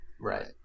Right